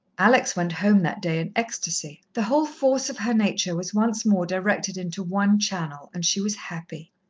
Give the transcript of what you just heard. alex went home that day in ecstasy. the whole force of her nature was once more directed into one channel, and she was happy.